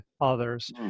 others